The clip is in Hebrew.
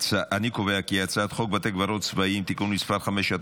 אני קובע כי הצעת חוק בתי קברות צבאיים (תיקון מס' 5),